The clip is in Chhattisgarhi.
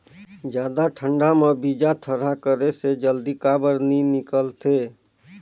जादा ठंडा म बीजा थरहा करे से जल्दी काबर नी निकलथे?